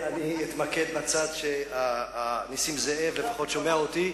אני אתמקד בצד שנסים זאב לפחות שומע אותי.